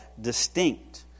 distinct